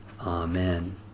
Amen